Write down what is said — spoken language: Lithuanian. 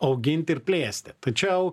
augint ir plėsti tačiau